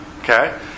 Okay